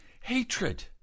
Hatred